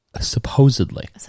Supposedly